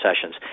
sessions